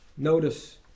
Notice